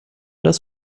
das